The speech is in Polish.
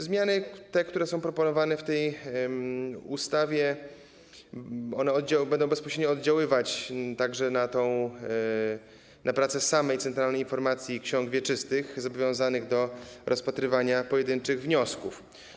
Zmiany, które są proponowane w tej ustawie, będą bezpośrednio oddziaływać także na pracę samej Centralnej Informacji Ksiąg Wieczystych zobowiązanej do rozpatrywania pojedynczych wniosków.